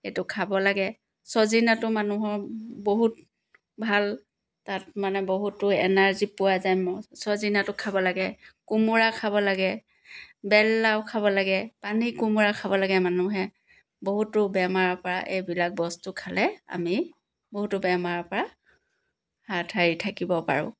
এইটো খাব লাগে চজিনাটো মানুহৰ বহুত ভাল তাত মানে বহুতো এনাৰ্জি পোৱা যায় চজিনাটো খাব লাগে কোমোৰা খাব লাগে বেল লাউ খাব লাগে পানী কোমোৰা খাব লাগে মানুহে বহুতো বেমাৰৰ পৰা এইবিলাক বস্তু খালে আমি বহুতো বেমাৰৰ পৰা হাত সাৰি থাকিব পাৰোঁ